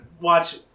watch